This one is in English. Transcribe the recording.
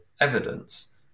evidence